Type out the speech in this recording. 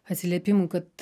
atsiliepimų kad